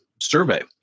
Survey